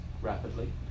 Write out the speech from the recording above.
rapidly